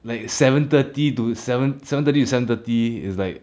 like seven thirty to seven seven thirty to seven thirty it's like